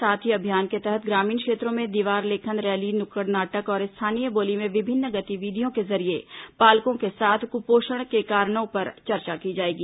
साथ ही अभियान के तहत ग्रामीण क्षेत्रों में दीवार लेखन रैली नुक्कड़ नाटक और स्थानीय बोली में विभिन्न गतिविधियों के जरिये पालकों के साथ कुपोषण के कारणों पर चर्चा की जाएगी